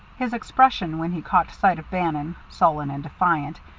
his expression when he caught sight of bannon, sullen and defiant,